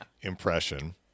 impression